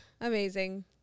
Amazing